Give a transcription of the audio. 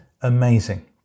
amazing